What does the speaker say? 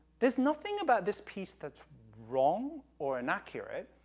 there's nothing about this piece that's wrong or inaccurate,